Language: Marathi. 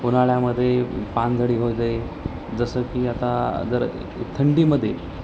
उन्हाळ्यामध्ये पानझडी होते जसं की आता जर थंडीमध्ये